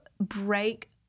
break